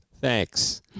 thanks